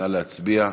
נא להצביע.